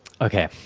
okay